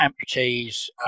amputees